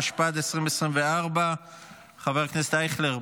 התשפ"ד 2024. חבר הכנסת ישראל אייכלר,